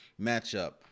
matchup